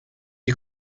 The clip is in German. die